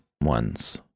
ones